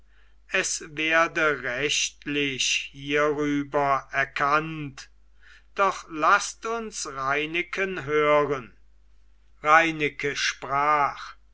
es werde rechtlich hierüber erkannt doch laßt uns reineken hören reineke sprach